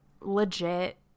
legit